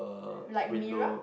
like mirror